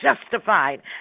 justified